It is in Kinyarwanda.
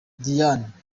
diane